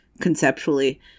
conceptually